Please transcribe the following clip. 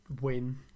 win